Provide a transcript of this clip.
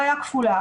בעיה כפולה.